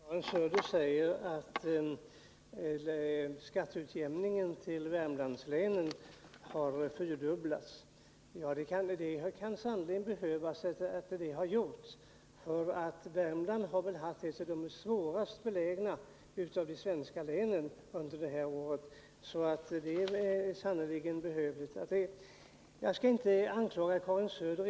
Herr talman! Karin Söder säger att skatteutjämningen till Värmlandslänen har fyrdubblats. Ja, det kan sannerligen behövas, för Värmland har haft det svårast av de svenska länen under detta år. Jag skall i dag dock inte anklaga Karin Söder.